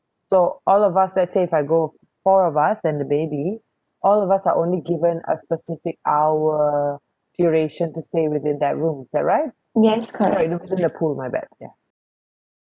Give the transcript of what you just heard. so all of us let's say if I go four of us and the baby all of us are only given a specific hour duration to stay within that room is that right in that pool my bad ya